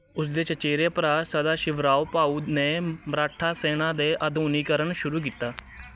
ਉਸ ਦੇ ਚਚੇਰੇ ਭਰਾ ਸਦਾਸ਼ਿਵਰਾਓ ਭਾਊ ਨੇ ਮਰਾਠਾ ਸੈਨਾ ਦੇ ਆਧੁਨੀਕਰਨ ਸ਼ੁਰੂ ਕੀਤਾ